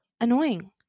annoying